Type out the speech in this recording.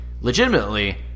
legitimately